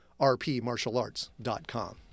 rpmartialarts.com